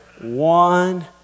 One